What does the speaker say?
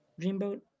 Dreamboat